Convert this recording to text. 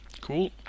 Cool